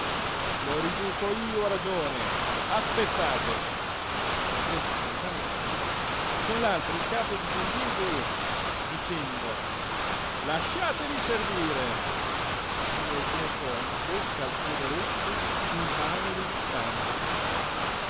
lo riduco io a ragione aspettate prese con una mano il bicchiere con l'altra il capo di don diego e dicendo lasciatevi servire lo vuotò in bocca al poveretto invano riluttante